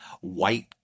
white